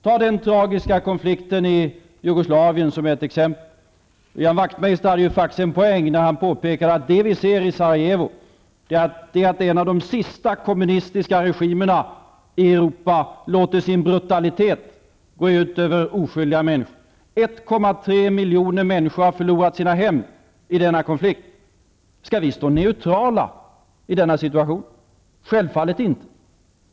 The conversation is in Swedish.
Ta den tragiska konflikten i Jugoslavien som ett exempel. Ian Wachtmeister hade faktiskt en poäng när han påpekade att det vi ser i Sarajevo är att en av de sista kommunistiska regimerna i Europa låter sin brutalitet gå ut över oskyldiga människor. 1,3 miljoner människor har förlorat sina hem i denna konflikt. Skall vi stå neutrala i denna situation? Självfallet inte.